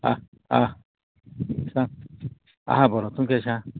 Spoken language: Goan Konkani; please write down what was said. आं आं सांग आहा बरो तूं केशें आहा